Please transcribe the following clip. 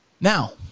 Now